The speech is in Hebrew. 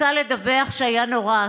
רוצה לדווח שהיה נורא,